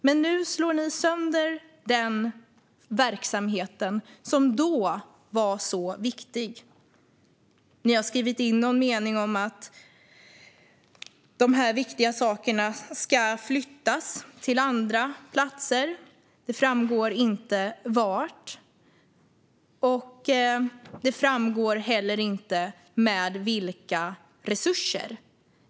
Men nu slår ni sönder denna verksamhet, som då var så viktig. Ni har skrivit in någon mening om att dessa viktiga saker ska flyttas till andra platser. Det framgår inte vart, och det framgår heller inte med vilka resurser.